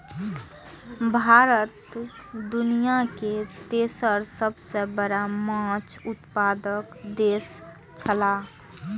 भारत दुनिया के तेसर सबसे बड़ा माछ उत्पादक देश छला